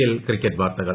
L cricket വാർത്തകൾ